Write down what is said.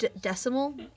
Decimal